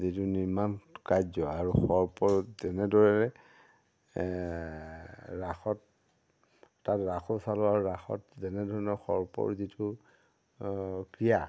যিটো নিৰ্মাণ কাৰ্য আৰু সৰ্প তেনেদৰে ৰাসত তাত ৰাসো চালোঁ আৰু ৰাসত যেনেধৰণৰ সৰ্পৰ যিটো ক্ৰীড়া